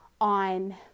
on